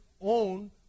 own